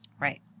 Right